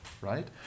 right